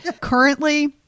currently